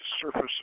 surface